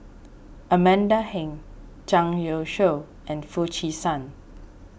Amanda Heng Zhang Youshuo and Foo Chee San